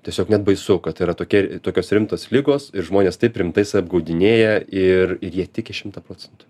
tiesiog net baisu kad yra tokie tokios rimtos ligos ir žmonės taip rimtai save apgaudinėja ir ir jie tiki šimtą procentų